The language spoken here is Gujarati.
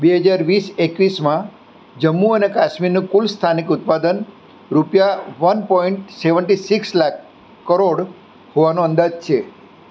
બે હજાર વીસ એકવીસમાં જમ્મુ અને કાશ્મીરનું કુલ સ્થાનિક ઉત્પાદન રૂપિયા one point seventy six lakh crore હોવાનો અંદાજ છે